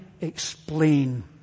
explain